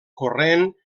corrent